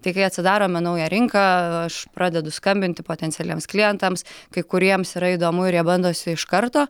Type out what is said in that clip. tai kai atsidarome naują rinką aš pradedu skambinti potencialiems klientams kai kuriems yra įdomu ir jie bandosi iš karto